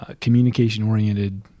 communication-oriented